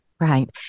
Right